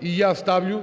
і я ставлю